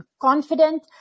confident